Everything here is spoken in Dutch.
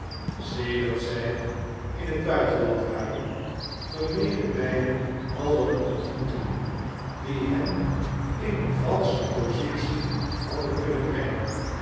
sedert zij in het buitenland waren vermeden beiden alle ontmoetingen die hen in een valsche positie hadden kunnen brengen